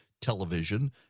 television